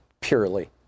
purely